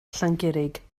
llangurig